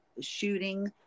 shooting